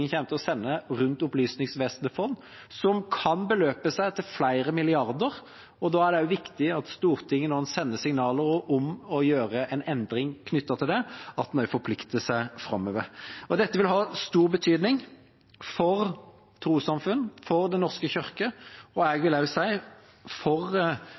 en sender signaler om å gjøre en endring, også forplikter seg framover. Dette vil ha stor betydning for trossamfunn, for Den norske kirke, og jeg vil også si for